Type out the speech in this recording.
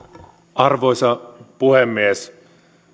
arvoisa puhemies